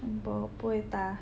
bo 不会搭